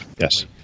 Yes